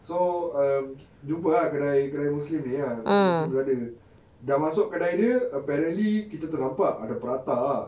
so um jumpa ah kedai kedai muslim ni ah semua muslim brother dah masuk kedai dia apparently kita ternampak ada prata ah